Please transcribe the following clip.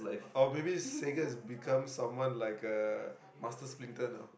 or maybe Sager's becomes someone like uh master splinter now